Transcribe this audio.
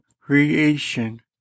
creation